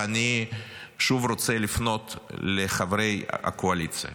ואני שוב רוצה לפנות לחברי הקואליציה.